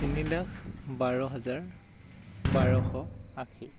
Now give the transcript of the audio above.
তিনি লাখ বাৰ হাজাৰ বাৰশ আশী